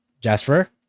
Jasper